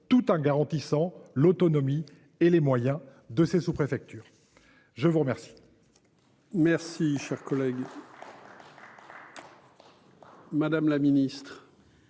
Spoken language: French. tout en garantissant l'autonomie et les moyens de ses sous-préfecture. Je vous remercie.